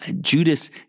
Judas